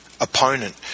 opponent